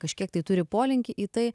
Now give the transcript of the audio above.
kažkiek tai turi polinkį į tai